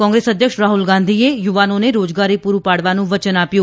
કોંગ્રેસ અધ્યક્ષ રાહ્લ ગાંધીએ યુવાનોને રોજગારી પુરી પાડવાનું વચન આપ્યું